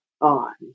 on